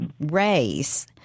race